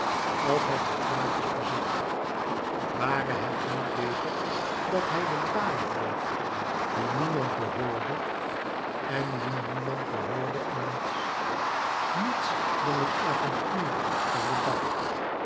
als hij te thrachis bezit ware het niet beter dat hij de dwaler bleef die niemand behoorde en wien niemand behoorde en niets niets dan het avontuur van den dag